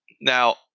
Now